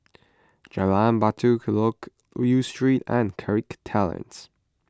Jalan Batai Loke Yew Street and Kirk Terrace